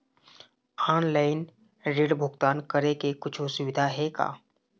Online ऋण भुगतान करे के कुछू सुविधा हे का?